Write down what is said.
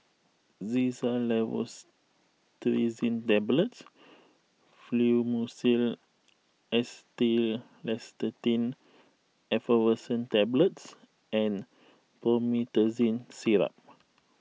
Xyzal Levocetirizine Tablets Fluimucil Acetylcysteine Effervescent Tablets and Promethazine Syrup